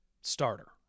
starter